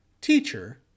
Teacher